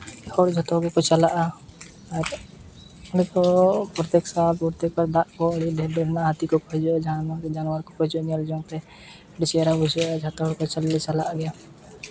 ᱦᱚᱲ ᱡᱚᱛᱚ ᱜᱮᱠᱚ ᱪᱟᱞᱟᱜᱼᱟ ᱟᱨ ᱚᱸᱰᱮ ᱠᱚ ᱯᱨᱚᱛᱛᱮᱠ ᱥᱟᱞ ᱯᱨᱚᱛᱛᱮᱠ ᱫᱟᱜ ᱠᱚ ᱟᱹᱰᱤ ᱰᱷᱮᱨ ᱰᱷᱮᱨ ᱢᱮᱱᱟᱜᱼᱟ ᱦᱟᱹᱛᱤ ᱠᱚ ᱠᱚ ᱦᱤᱡᱩᱜᱼᱟ ᱡᱟᱦᱟᱱ ᱡᱟᱱᱚᱣᱟᱨ ᱠᱚᱠᱚ ᱦᱤᱡᱩᱜᱼᱟ ᱧᱮᱞ ᱡᱚᱝᱛᱮ ᱟᱹᱰᱤ ᱪᱮᱦᱨᱟ ᱵᱩᱡᱷᱟᱹᱜᱼᱟ ᱡᱚᱛᱚ ᱦᱚᱲ ᱠᱚᱜᱮ ᱞᱮ ᱪᱟᱞᱟᱜ ᱜᱮᱭᱟ